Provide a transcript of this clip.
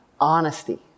honesty